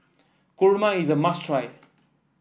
Kurma is a must try